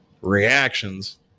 reactions